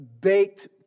baked